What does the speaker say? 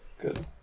Good